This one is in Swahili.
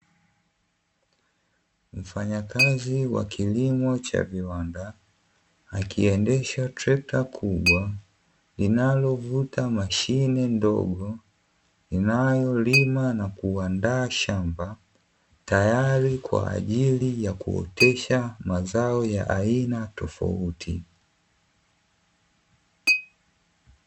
Mfanyakazi wa kilimo cha viwanda, akieendessha trekta kubwa, linalovuta mashine ndogo linalolima na kuandaa shamba, tayari kwajili ya kuotesha mazao ya aina tofauti.